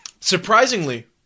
Surprisingly